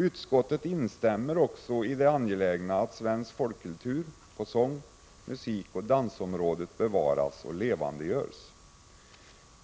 Utskottet instämmer visserligen i att det är angeläget att svensk folkkultur på sång-, musikoch dansområdet bevaras och levandegörs.